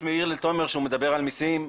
מעיר למר מוסקוביץ' כשהוא מדבר על מיסים,